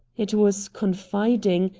it was confiding,